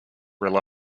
rely